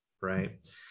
Right